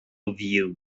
view